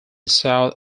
south